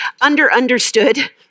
under-understood